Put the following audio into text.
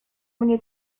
mnie